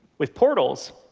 with portals,